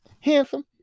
Handsome